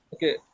Okay